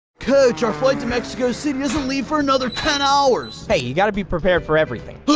coach, our flight to mexico city doesn't leave for another ten hours! hey, you gotta be prepared for everything